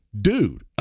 dude